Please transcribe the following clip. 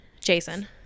Jason